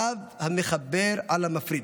רב המחבר על המפריד.